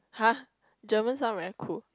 [huh] German sound very cool